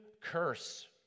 curse